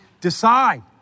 decide